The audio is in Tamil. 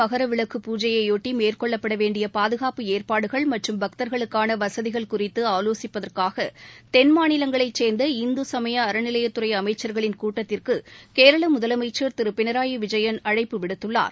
மகரவிளக்கு பூஜையையொட்டி மேற்கொள்ளப்பட வேண்டிய பாதுகாப்பு ஏற்பாடுகள் மற்றும் பக்தர்களுக்கான வசதிகள் குறித்து ஆலோசிப்பதற்காக தென் மாநிலங்களைச் சேர்ந்த இந்துசமய அறநிலையத்துறை அமைச்சர்களின் கூட்டத்திற்கு கேரள முதலமைச்சர் திரு பினராயி விஜயன் அழைப்பு விடுத்துள்ளார்